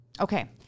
Okay